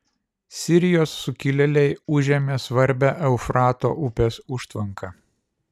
sirijos sukilėliai užėmė svarbią eufrato upės užtvanką